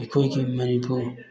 ꯑꯩꯈꯣꯏꯒꯤ ꯃꯅꯤꯄꯨꯔ